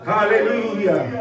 Hallelujah